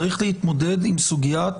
צריך להתמודד עם סוגיית